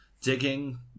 digging